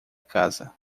casa